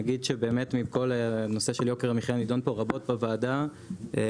נגיד שבאמת הנושא של יוקר המחיה נידון פה רבות בוועדה וזה